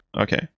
Okay